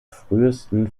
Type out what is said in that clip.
frühesten